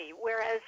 whereas